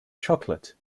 chocolate